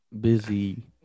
busy